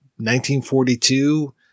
1942